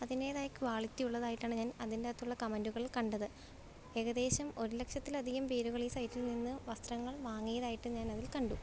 അതിൻ്റേതായ ക്വാളിറ്റിയുള്ളതായിട്ടാണ് ഞാൻ അതിൻറ്റകത്തുള്ള കമൻറ്റുകൾ കണ്ടത് ഏകദേശം ഒരു ലക്ഷത്തിലധികം പേരുകൾ ഈ സൈറ്റിൽ നിന്ന് വസ്ത്രങ്ങൾ വാങ്ങിയതായിട്ട് ഞാനതിൽ കണ്ടു